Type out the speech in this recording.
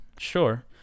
Sure